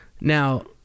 Now